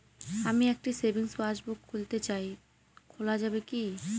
আমি একটি savings passbook খুলতে চাই খোলা যাবে কি?